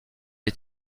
est